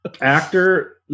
Actor